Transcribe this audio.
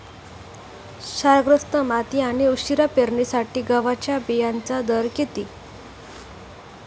क्षारग्रस्त माती आणि उशिरा पेरणीसाठी गव्हाच्या बियाण्यांचा दर किती?